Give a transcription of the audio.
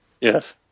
Yes